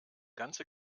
ganze